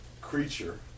creature